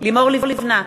לימור לבנת,